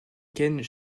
ken